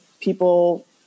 people